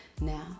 Now